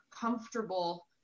comfortable